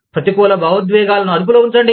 ప్రతికూల భావోద్వేగాలను అదుపులో ఉంచండి